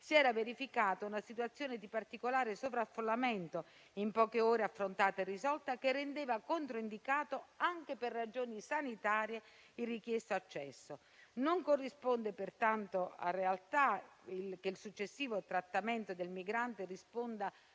si era verificata una situazione di particolare sovraffollamento (in poche ore affrontata e risolta), che rendeva controindicato, anche per ragioni sanitarie, il richiesto accesso. Non corrisponde pertanto a realtà che il successivo trattamento del migrante risponda